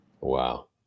wow